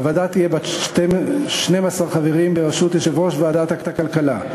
הוועדה תהיה בת 12 חברים בראשות יושב-ראש ועדת הכלכלה.